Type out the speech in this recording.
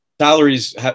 salaries